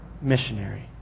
missionary